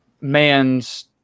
man's